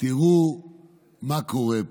תראו מה קורה פה,